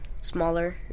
smaller